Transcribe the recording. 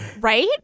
right